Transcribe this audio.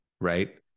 Right